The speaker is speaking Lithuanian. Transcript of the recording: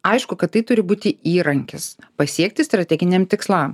aišku kad tai turi būti įrankis pasiekti strateginiam tikslam